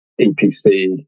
EPC